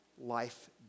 life